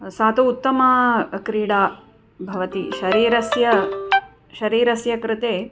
सातु उत्तमा क्रीडा भवति शरीरस्य शरीरस्य कृते